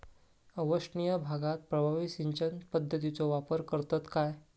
अवर्षणिय भागात प्रभावी सिंचन पद्धतीचो वापर करतत काय?